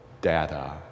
data